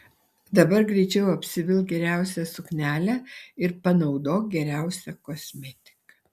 dabar greičiau apsivilk geriausią suknelę ir panaudok geriausią kosmetiką